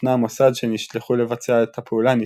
וסוכני "המוסד" שנשלחו לבצע את הפעולה נתפסו.